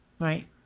Right